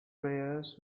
prayers